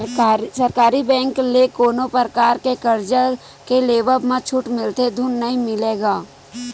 सरकारी बेंक ले कोनो परकार के करजा के लेवब म छूट मिलथे धून नइ मिलय गा?